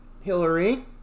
Hillary